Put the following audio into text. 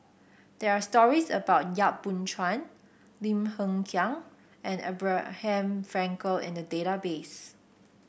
there are stories about Yap Boon Chuan Lim Hng Kiang and Abraham Frankel in the database